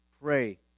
pray